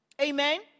Amen